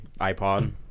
iPod